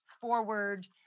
forward